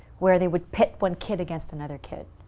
where they would pit one kid against another kid.